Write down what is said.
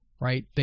right